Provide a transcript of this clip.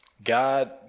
God